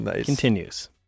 continues